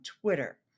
Twitter